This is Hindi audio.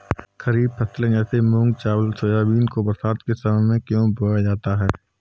खरीफ फसले जैसे मूंग चावल सोयाबीन को बरसात के समय में क्यो बोया जाता है?